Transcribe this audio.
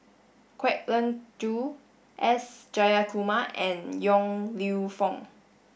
Kwek Leng Joo S Jayakumar and Yong Lew Foong